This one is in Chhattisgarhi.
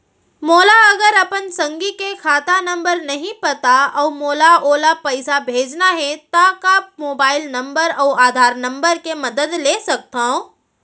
मोला अगर अपन संगी के खाता नंबर नहीं पता अऊ मोला ओला पइसा भेजना हे ता का मोबाईल नंबर अऊ आधार नंबर के मदद ले सकथव?